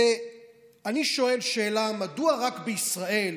אני שואל שאלה: מדוע רק בישראל,